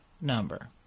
number